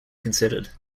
considered